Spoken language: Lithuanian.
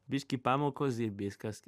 biškį pamokos ir viskas